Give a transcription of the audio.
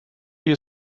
hier